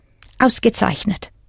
Ausgezeichnet